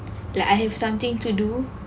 like I have something to do